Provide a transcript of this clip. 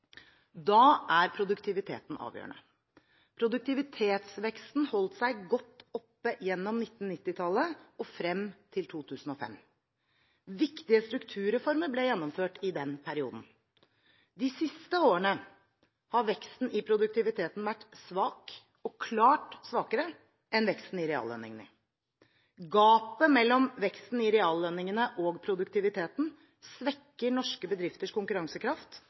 Da er produktiviteten avgjørende. Produktivitetsveksten holdt seg godt oppe gjennom 1990-tallet og frem til 2005. Viktige strukturreformer ble gjennomført i den perioden. De siste årene har veksten i produktiviteten vært svak, og klart svakere enn veksten i reallønningene. Gapet mellom veksten i reallønningene og produktiviteten svekker norske bedrifters konkurransekraft